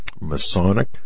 Masonic